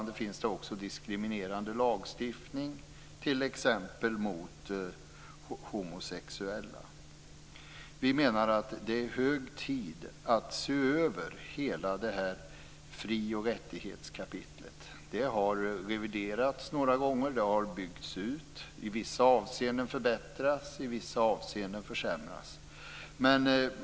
Det finns fortfarande diskriminerande lagstiftning mot t.ex. homosexuella. Vi menar att det är hög tid att se över hela det här frioch rättighetskapitlet. Det har reviderats några gånger. Det har byggts ut. I vissa avseenden har det förbättrats, och i vissa avseenden har det försämrats.